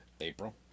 April